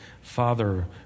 father